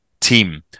team